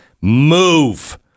Move